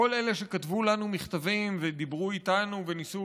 כל אלה שכתבו לנו מכתבים ודיברו איתנו וניסו